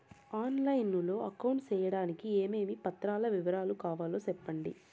On line లో account సేయడానికి ఏమేమి పత్రాల వివరాలు కావాలో సెప్పండి?